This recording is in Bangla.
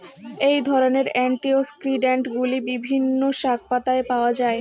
এই ধরনের অ্যান্টিঅক্সিড্যান্টগুলি বিভিন্ন শাকপাতায় পাওয়া য়ায়